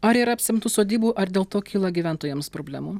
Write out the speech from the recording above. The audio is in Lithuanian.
ar yra apsemtų sodybų ar dėl to kyla gyventojams problemų